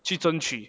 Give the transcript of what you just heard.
去争取